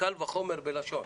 קל וחומר בלשון'.